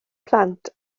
plant